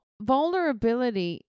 vulnerability